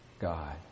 God